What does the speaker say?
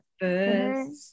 first